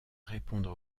répondre